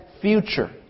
future